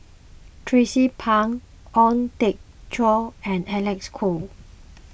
Tracie Pang Ong Teng Cheong and Alecs Kuok